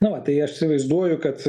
na va tai aš įsivaizduoju kad